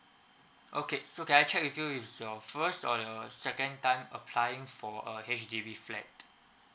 okay so can I check with you is your first on the second time applying for a H_D_B flat